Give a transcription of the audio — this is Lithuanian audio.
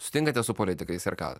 susitinkate su politikais ir ką